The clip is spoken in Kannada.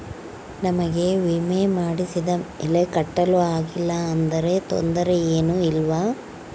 ನಮಗೆ ವಿಮೆ ಮಾಡಿಸಿದ ಮೇಲೆ ಕಟ್ಟಲು ಆಗಿಲ್ಲ ಆದರೆ ತೊಂದರೆ ಏನು ಇಲ್ಲವಾ?